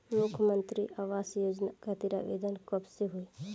मुख्यमंत्री आवास योजना खातिर आवेदन कब से होई?